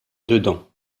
dedans